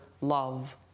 love